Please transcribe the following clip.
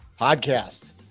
podcast